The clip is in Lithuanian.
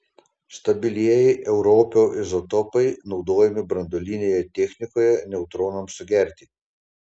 stabilieji europio izotopai naudojami branduolinėje technikoje neutronams sugerti